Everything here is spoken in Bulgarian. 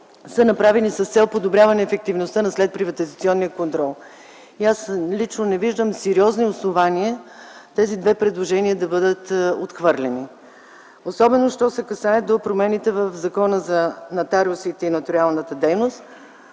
са направени с цел подобряване на ефективността на следприватизационния контрол и аз лично не виждам сериозни основания тези две предложения да бъдат отхвърлени, особено що се касае до промените в Закона за нотариусите и нотариалната дейност,